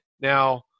Now